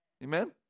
Amen